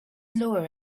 lower